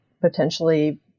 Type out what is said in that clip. potentially